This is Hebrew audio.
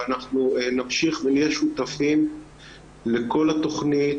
ונמשיך ונהיה שותפים לכל התכנית.